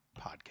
podcast